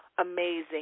amazing